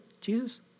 Jesus